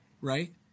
right